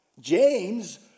James